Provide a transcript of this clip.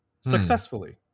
successfully